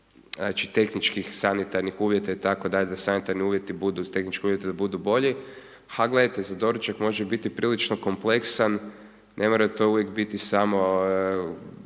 tehničkih, sanitarnih uvjeta itd., da sanitarni uvjeti budu i tehnički uvjeti da budu bolji, a gledajte, za doručak može biti prilični kompleksan, ne mora to uvijek biti samo